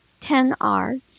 10r